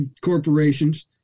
corporations